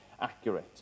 accurate